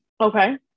Okay